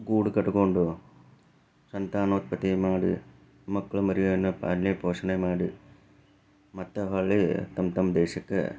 ಗೂಡು ಕಟ್ಕೊಂಡು ಸಂತಾನೊತ್ಪತ್ತಿ ಮಾಡಿ ಮಕ್ಕಳು ಮರಿಯನ್ನು ಪಾಲನೆ ಪೋಷಣೆ ಮಾಡಿ ಮತ್ತೆ ಹೊಳ್ಳಿ ತಮ್ಮ ತಮ್ಮ ದೇಶಕ್ಕೆ